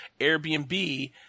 Airbnb